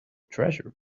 treasure